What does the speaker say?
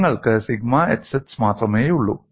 നിങ്ങൾക്ക് sigma xx മാത്രമേയുള്ളൂ